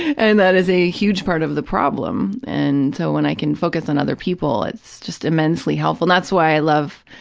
and that is a huge part of the problem. and so, when i can focus on other people, it's just immensely helpful. and that's why i love,